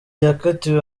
yakatiwe